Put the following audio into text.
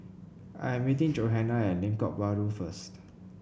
I'm meeting Johana at Lengkok Bahru first